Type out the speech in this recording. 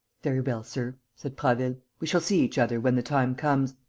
very well, sir, said prasville. we shall see each other when the time comes.